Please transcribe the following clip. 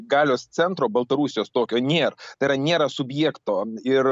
galios centro baltarusijos tokio nėr tai yra nėra nėra subjekto ir